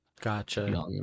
Gotcha